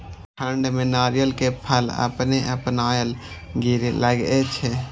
ठंड में नारियल के फल अपने अपनायल गिरे लगए छे?